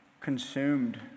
consumed